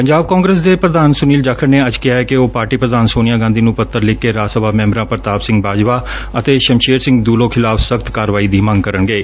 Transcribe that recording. Punjab Congress ਦੇ ਪ੍ਰਧਾਨ ਸੁਨੀਲ ਜਾਖੜ ਨੇ ਅੱਜ ਕਿਹੈ ਕਿ ਉਹ ਪਾਰਟੀ ਪ੍ਰਧਾਨ ਸੋਨੀਆ ਗਾਂਧੀ ਨੂੰ ਪੱਤਰ ਲਿਖ ਕੇ ਰਾਜ ਸਭਾ ਮੈਂਬਰਾਂ ਪ੍ਰਤਾਪ ਸਿੰਘ ਬਾਜਵਾ ਅਤੇ ਸ਼ਮਸ਼ੇਰ ਸਿੰਘ ਦੂਲੋ ਖਿਲਾਫ਼ ਸਖ਼ਤ ਕਾਰਵਾਈ ਦੀ ਮੰਗ ਕਰਨਗੇ